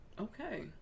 okay